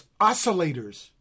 oscillators